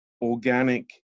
organic